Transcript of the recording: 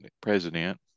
president